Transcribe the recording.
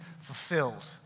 fulfilled